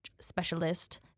specialist